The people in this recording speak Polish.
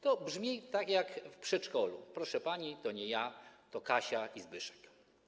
To brzmi jak rozmowy w przedszkolu: proszę pani, to nie ja, to Kasia i Zbyszek.